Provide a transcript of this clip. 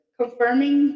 confirming